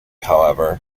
however